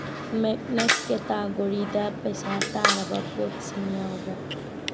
ꯃꯦꯛꯅꯁ ꯀꯦꯇꯥꯒꯣꯔꯤꯗ ꯄꯩꯁꯥ ꯇꯥꯔꯕ ꯄꯣꯠꯁꯤꯡ ꯌꯥꯎꯕ꯭ꯔꯥ